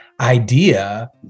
idea